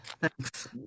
Thanks